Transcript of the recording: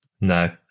No